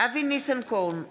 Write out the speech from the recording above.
אבי ניסנקורן,